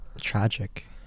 tragic